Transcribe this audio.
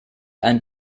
ein